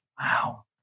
Wow